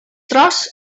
tros